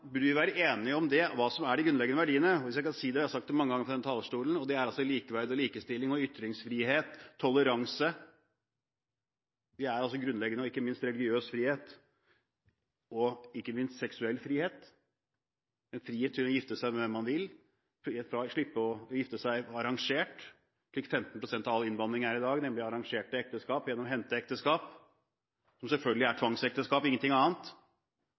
burde vi være enige om hva som er de grunnleggende verdiene, som jeg har nevnt fra denne talerstolen mange ganger: Likeverd, likestilling, ytringsfrihet, toleranse og ikke minst religiøs og seksuell frihet – frihet til å gifte seg med hvem man vil, frihet fra ikke å måtte gifte seg arrangert, slik 15 pst. av all innvandring er i dag, nemlig arrangerte ekteskap ved henteekteskap. Selvfølgelig er tvangsekteskap ingenting annet.